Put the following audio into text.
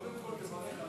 קודם כול, אני מברך על,